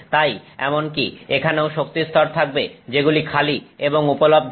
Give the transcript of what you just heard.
তাই এমনকি এখানেও শক্তিস্তর থাকবে যেগুলি খালি এবং উপলব্ধ